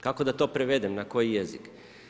Kako da to prevedem na koji jezik?